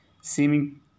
Seeming